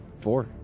four